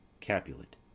Capulet